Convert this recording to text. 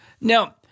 Now